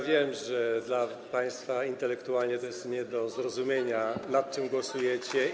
Wiem, że dla państwa intelektualnie jest nie do zrozumienia to, nad czym głosujecie.